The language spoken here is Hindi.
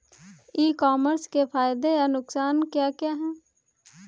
ई कॉमर्स के फायदे या नुकसान क्या क्या हैं?